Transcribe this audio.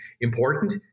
important